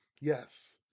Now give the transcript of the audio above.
Yes